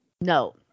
No